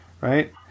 right